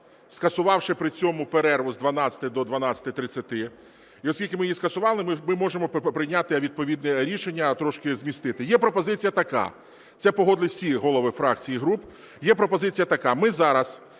скасувавши при цьому перерву з 12 до 12:30. І оскільки ми її скасували, ми можемо прийняти відповідне рішення, трошки змістити. Є пропозиція така. Це погодили всі голови фракцій і груп. Є пропозиція така: ми зараз